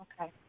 Okay